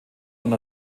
und